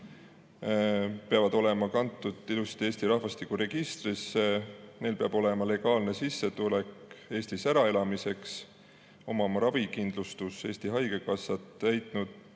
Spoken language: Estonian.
peavad olema kantud ilusasti Eesti rahvastikuregistrisse, neil peab olema legaalne sissetulek Eestis äraelamiseks, ravikindlustus Eesti haigekassalt ja nad